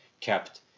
kept